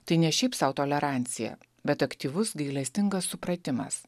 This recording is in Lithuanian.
tai ne šiaip sau tolerancija bet aktyvus gailestingas supratimas